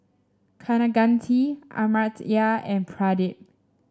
Kaneganti Amartya and Pradip